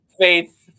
faith